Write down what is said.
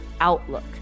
outlook